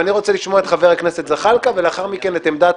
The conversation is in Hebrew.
ואני רוצה לשמוע את חבר הכנסת זחאלקה ולאחר מכן את עמדת